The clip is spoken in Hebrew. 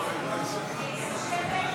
62